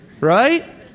right